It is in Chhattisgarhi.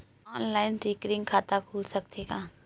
ऑनलाइन रिकरिंग खाता खुल सकथे का?